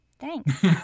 Thanks